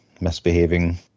misbehaving